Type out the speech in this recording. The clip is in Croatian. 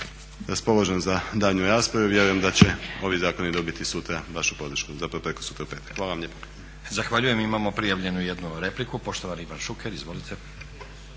Raspoložen za daljnju raspravu i vjerujem da će ovi zakoni dobiti sutra vašu podršku, zapravo prekosutra u petak. Hvala vam